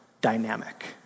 dynamic